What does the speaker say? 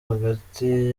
hagati